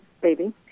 baby